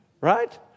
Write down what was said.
Right